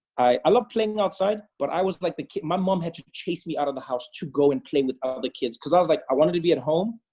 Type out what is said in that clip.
i love playing outside, but i was like the my mom had to chase me out of the house to go and play with other kids, cause i was like, i wanted to be at home.